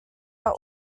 are